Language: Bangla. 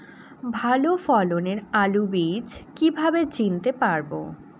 ভালো ফলনের আলু বীজ কীভাবে চিনতে পারবো?